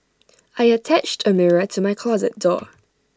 I attached A mirror to my closet door